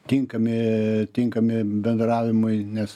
tinkami tinkami bendravimui nes